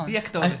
היא הכתובת.